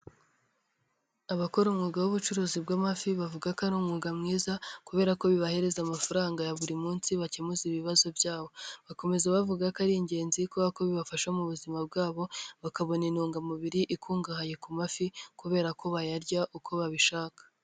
Abakora umwuga w'ubucuruzi bw'amafi bavuga ko ari umwuga mwiza kubera ko bibahereza amafaranga ya buri munsi bakemuza ibibazo byabo, bakomeza bavuga ko ari ingenzi kuko bibafasha mu buzima bwabo bakabona intungamubiri ikungahaye ku mafi kubera ko bayarya uko babishaka.